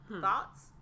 Thoughts